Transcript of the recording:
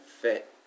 fit